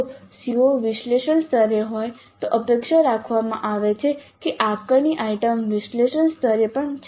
જો CO વિશ્લેષણ સ્તરે હોય તો અપેક્ષા રાખવામાં આવે છે કે આકારણી આઇટમ વિશ્લેષણ સ્તરે પણ છે